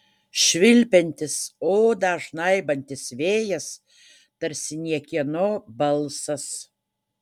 švilpiantis odą žnaibantis vėjas tarsi niekieno balsas